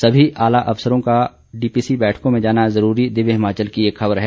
सभी आला अफसरों का डीपीसी बैठकों में जाना जरूरी दिव्य हिमाचल की एक खबर है